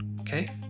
Okay